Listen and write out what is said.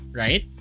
right